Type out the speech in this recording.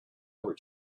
over